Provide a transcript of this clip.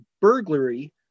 burglary